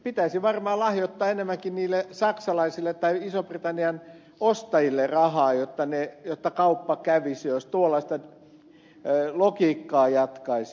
pitäisi varmaan lahjoittaa enemmänkin niille saksalaisille tai ison britannian ostajille rahaa jotta kauppa kävisi jos tuollaista logiikkaa jatkaisi